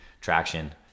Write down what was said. traction